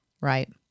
Right